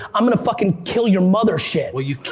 i'm gonna fuckin' kill your mother shit. well, you